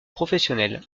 professionnel